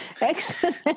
Excellent